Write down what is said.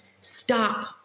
stop